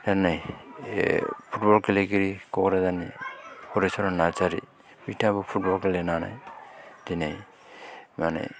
होननानै फुटबल गेलेगिरि क'क्राझारनि हलिचरण नारजारि बिथाङाबो फुटबल गेलेनानै दिनै माने